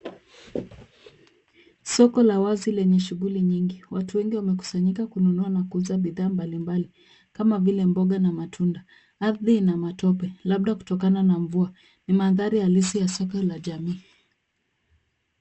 Soko la wazi lenye shughuli nyingi. Watu wengi wamekusanyika kununua na kuuza bidhaa mbalimbali kama vile mboga na matunda. Ardhi ina matope labda kutokana na mvua. Ni mandhari halisi ya soko la jamii.